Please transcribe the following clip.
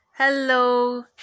hello